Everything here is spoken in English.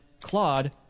Claude